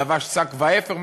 לבש שק ואפר,